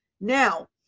now